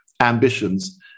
ambitions –